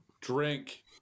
drink